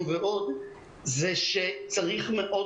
אני אשמח מאוד